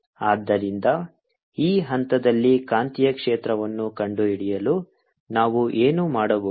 ಆದ್ದರಿಂದ ಈ ಹಂತದಲ್ಲಿ ಕಾಂತೀಯ ಕ್ಷೇತ್ರವನ್ನು ಕಂಡುಹಿಡಿಯಲು ನಾವು ಏನು ಮಾಡಬಹುದು